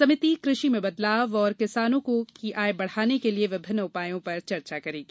समिति कृषि में बदलाव और किसानों को आय बढ़ाने के लिए विभिन्न उपायों पर चर्चा करेगी